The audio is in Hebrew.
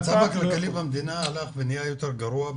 המצב הכלכלי במדינה הלך ונהיה יותר גרוע.